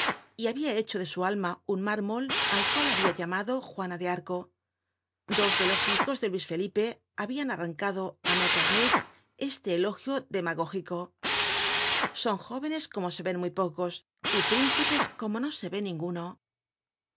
y habia hecho de su alma un mármol al cual habia llamado juana de arco dos de los hijos de luis felipe habian arrancado á metternich este elogio demagógico son jóvenes como se ven muy pocos y príncipes como no se ve ninguno